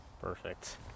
Perfect